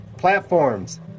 platforms